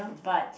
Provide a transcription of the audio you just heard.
but